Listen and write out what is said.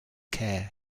care